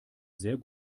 sehr